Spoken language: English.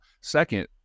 second